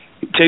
Take